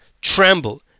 tremble